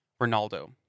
Ronaldo